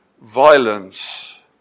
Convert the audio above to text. violence